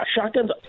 shotguns